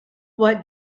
what